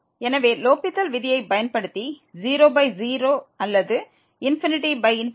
எனவே லோப்பித்தல் விதியைப் பயன்படுத்தி 00 அல்லது ∞∞